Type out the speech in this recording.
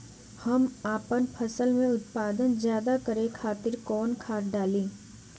हम आपन फसल में उत्पादन ज्यदा करे खातिर कौन खाद डाली?